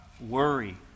worry